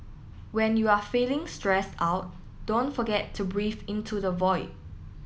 when you are feeling stressed out don't forget to breathe into the void